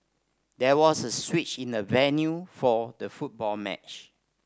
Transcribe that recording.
there was a switch in the venue for the football match